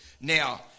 Now